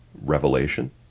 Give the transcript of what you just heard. Revelation